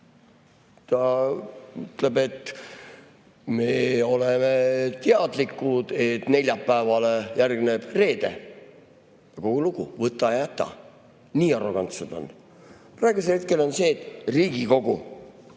Ta ütleb, et me oleme teadlikud, et neljapäevale järgneb reede ja kogu lugu, võta või jäta. Nii arrogantsed on. Praegusel hetkel on see, et Riigikogu